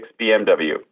BMW